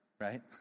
right